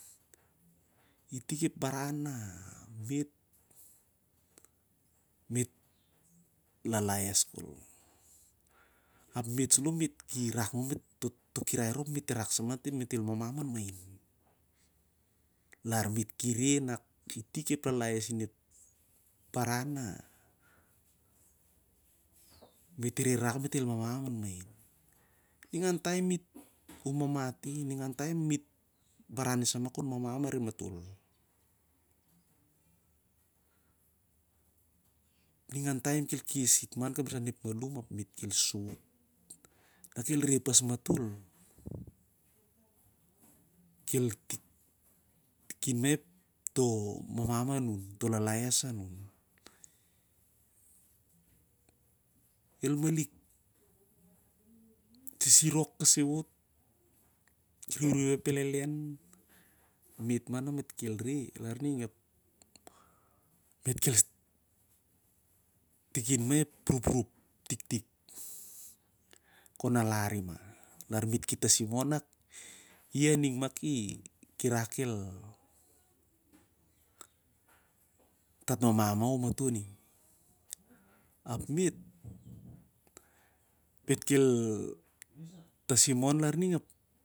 Itik ep baran na et lalaes ap met saloh met kirak a sur to kirai rop met el mamam an main. Lar me't ki re nak itik ep lalaes inep baran na me't el lalaes manin. Ningan taim me't umamat i, ningan taim ep baran sa ah kon mamam arim ma'tol. Ningan taem ke'l kesit mah an kamrisan ep malum ap na kel reh pas atol ap kel tin mah ep mamam anuh oh toh lalaes anun. Kel malik sisirok kasai wot, riuriu ep pelelen ap e't mah na me't kel re laining ap met kel tikin mah ep rup tiktik kon alari mah- lar me't ki tasim on na i aning mah kirak el stat amam mah omatol ning. Ap me't ki tasim mon laining ap-